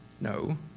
No